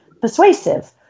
persuasive